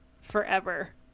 forever